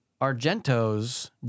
Argentos